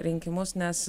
rinkimus nes